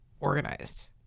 organized